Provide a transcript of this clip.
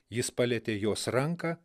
jis palietė jos ranką